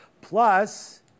Plus